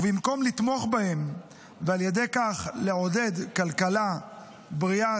ובמקום לתמוך בהם ועל ידי כך לעודד כלכלה בריאה,